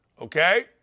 Okay